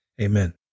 Amen